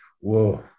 whoa